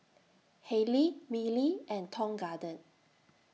Haylee Mili and Tong Garden